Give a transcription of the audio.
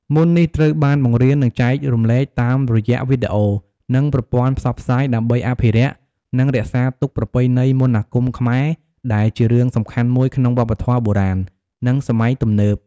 មន្តនេះត្រូវបានបង្រៀន និងចែករំលែកតាមរយៈវីដេអូ និងប្រព័ន្ធផ្សព្វផ្សាយ ដើម្បីអភិរក្ស និងរក្សាទុកប្រពៃណីមន្តអាគមខ្មែរ ដែលជារឿងសំខាន់មួយក្នុងវប្បធម៌បុរាណ និងសម័យទំនើប។